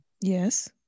yes